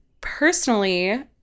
personally